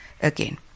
again